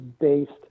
based